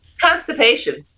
Constipation